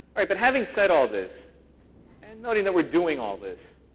right, but having said all this and noting that we're doing all this,